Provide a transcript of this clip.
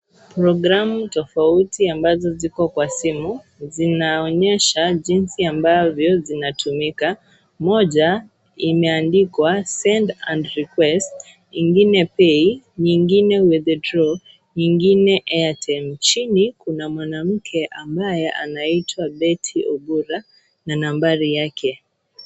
Programu tofauti ambazo ziko kwa simu, zinaonyesha jinsi ambavyo zinatumika. Mmoja imeandikwa " send and request, ingine pay, nyingine withdraw, ingine airtime . Chini kuna mwanamke ambaye anaitwa Betty Obura na nambari yake.